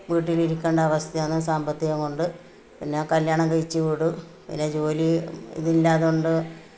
വീട്ടില് ഇരിക്കേണ്ട അവസ്ഥയാണ് സാമ്പത്തികം കൊണ്ട് പിന്നെ കല്യാണം കഴിച്ചു വിടും പിന്നെ ജോലി ഇതില്ലാത്തോണ്ട്